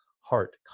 heart